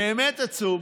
באמת עצום,